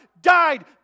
died